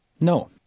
No